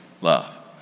Love